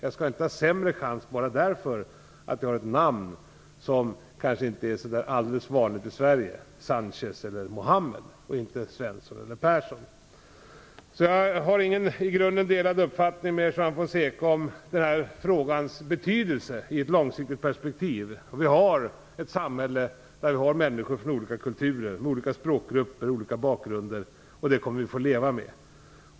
Jag skall inte ha sämre chans bara för att jag har ett namn som inte är så alldeles vanligt i Sverige - Sanchez eller Muhammed och inte Svensson eller Persson. Jag har i grunden ingen avvikande uppfattning från Juan Fonsecas om frågans betydelse i ett långsiktigt perspektiv. Vi har ett samhälle med människor från många olika kulturer, olika språkgrupper och olika bakgrunder. Detta kommer vi att få leva med.